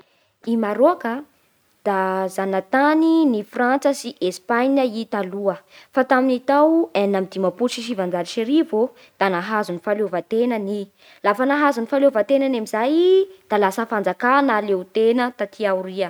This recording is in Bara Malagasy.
I Maroc a da zana-tanin'ny Frantsa sy Espagne i taloha. Fa tamin'ny tao enina amby dimampolo sy sivanjato sy arivo ô da nahazo ny fahaleovan-tenany i. Lafa nahazo ny fahaleovan-tenany amin'izay i da lasa fanjakà nahaleo tena taty aoria.